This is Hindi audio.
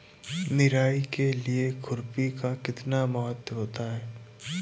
निराई के लिए खुरपी का कितना महत्व होता है?